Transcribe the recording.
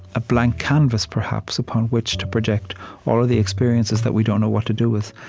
a blank canvas, perhaps, upon which to project all the experiences that we don't know what to do with,